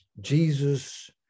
Jesus